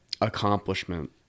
accomplishment